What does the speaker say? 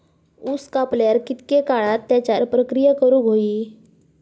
ऊस कापल्यार कितके काळात त्याच्यार प्रक्रिया करू होई?